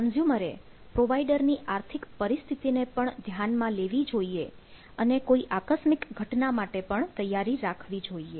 કન્ઝ્યુમરે પ્રોવાઇડની આર્થિક પરિસ્થિતિને પણ ધ્યાનમાં લેવી જોઈએ અને કોઈ આકસ્મિક ઘટના માટે તૈયારી રાખવી જોઈએ